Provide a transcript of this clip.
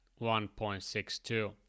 1.62